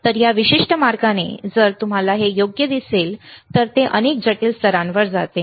तर या विशिष्ट मार्गाने जर तुम्हाला हे योग्य दिसले तर ते अनेक जटिल स्तरांवर जाते